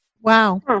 Wow